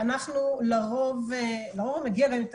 לרוב הוא מגיע גם עם תקציב,